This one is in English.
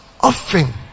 often